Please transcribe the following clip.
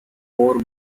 four